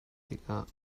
tikah